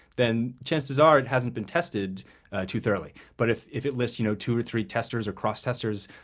then chances are it hasn't been tested too thoroughly. but if if it lists you know two or three testers or cross-testers,